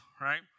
right